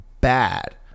bad